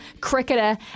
cricketer